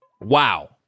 Wow